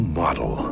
model